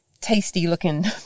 tasty-looking